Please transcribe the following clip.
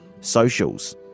socials